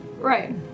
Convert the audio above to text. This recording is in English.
Right